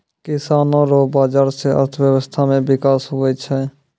किसानो रो बाजार से अर्थव्यबस्था मे बिकास हुवै छै